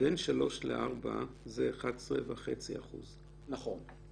בין שלוש לארבע שנים זה 11.5%. נכון.